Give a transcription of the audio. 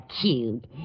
cute